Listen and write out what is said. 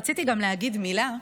רציתי גם להגיד מילה,